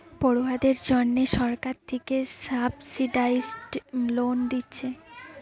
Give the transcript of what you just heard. পড়ুয়াদের জন্যে সরকার থিকে সাবসিডাইস্ড লোন দিচ্ছে